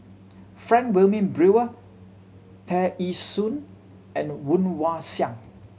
Frank Wilmin Brewer Tear Ee Soon and Woon Wah Siang